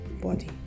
body